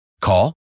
Call